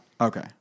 Okay